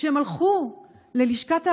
כשהן הלכו ללשכת האבטלה,